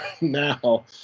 now